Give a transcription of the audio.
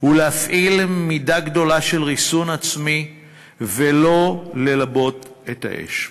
ולהפעיל מידה גדולה של ריסון עצמי ולא ללבות את האש.